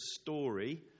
story